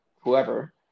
whoever